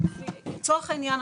לצורך העניין,